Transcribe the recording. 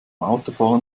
autofahren